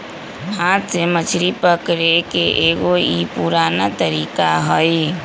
हाथ से मछरी पकड़े के एगो ई पुरान तरीका हई